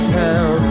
town